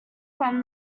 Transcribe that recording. from